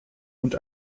und